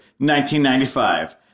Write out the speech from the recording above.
1995